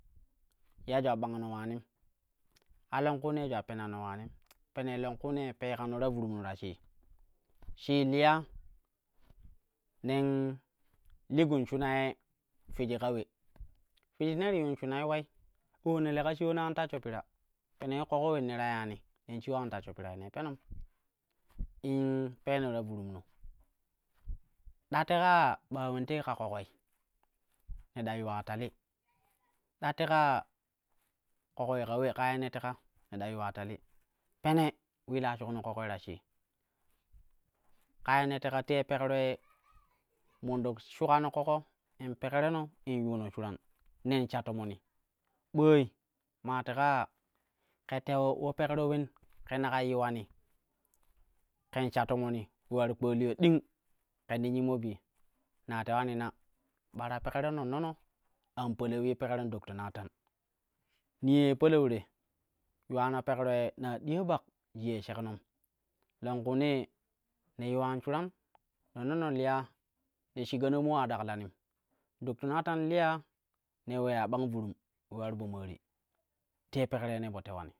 Ya julat bangno ulanim, a longkuunee penei longkunee peekano ta vuruum no ta shii, shii li ya nen li gun shuna ye figi ka we. Figi ne ti yuun shunei ulei oo ne leka shiwono an tashsho pira, pene ulo ƙoƙo ulen ne ta yana nen shiwo an tashsho pirai nei penom in peeno ta vuruumno ɗa tekaa ɓa ulendei ka ƙoƙoi ne ɗa yuwa tali ɗa teka ya ƙoƙoi ne ɗa yuwa tali ɗa teka ya ƙoƙoi ka ule ƙaa ye ne teka ne ɗa yuwa tali. Pene ulila shukno ƙoƙoi ta shii kaa yene teka tei pekro ye manɗok shukano ƙoƙo in in pekro no in yuno shuran nen sha tomoni ɓooi maa teka ya ke towe wo pekro wen ke naka yiwani ken sha tomoni ule ular kpaliya ding ken ti nyimmo bii ne tewani na ɓara pekron nonnono an palauwi pekron dr. Nathan niyo ye palau yuwano pekro ye na diya ɓa jiyai sheknom lonkuunee ne yuwan shuran nonnono liya ne shiga no moo a daklanim. Dr. Nathan liya ne uleya bang vuruum ule ular po maari.